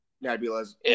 Nebula's